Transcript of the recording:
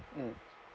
mm